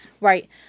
Right